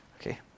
Okay